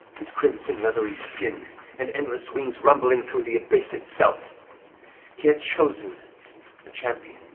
his crimson, leathery skin and endless wings rumbling through the abyss itself. he had chosen a champion,